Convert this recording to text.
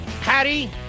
Patty